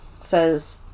says